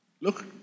look